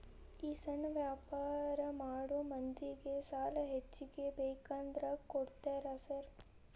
ಈ ಸಣ್ಣ ವ್ಯಾಪಾರ ಮಾಡೋ ಮಂದಿಗೆ ಸಾಲ ಹೆಚ್ಚಿಗಿ ಬೇಕಂದ್ರ ಕೊಡ್ತೇರಾ ಸಾರ್?